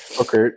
Okay